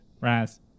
Raz